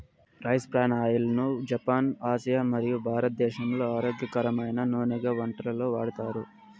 rice bran oil ను Japan, Asia మరియు భారతదేశంలో ఆరోగ్యకరమైన నూనెగా వంటలలో వాడతారు